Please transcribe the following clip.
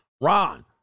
Ron